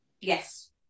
Yes